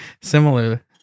Similar